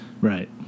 Right